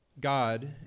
God